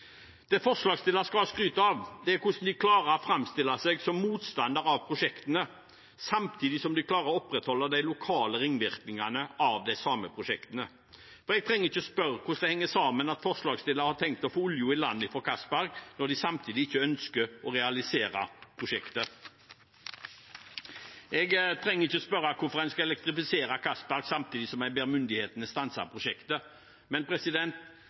hvordan de klarer å framstille seg som motstandere av prosjektene samtidig som de klarer å opprettholde de lokale ringvirkningene av de samme prosjektene. Jeg trenger ikke å spørre hvordan det henger sammen at forslagsstillerne har tenkt å få oljen i land fra Johan Castberg-feltet når de samtidig ikke ønsker å realisere prosjektet. Jeg trenger ikke spørre hvorfor en skal elektrifisere Johan Castberg samtidig som en ber myndighetene om å stanse prosjektet. Men